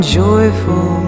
joyful